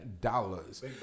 dollars